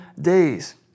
days